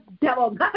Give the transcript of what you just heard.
devil